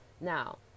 Now